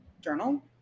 journal